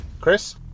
Chris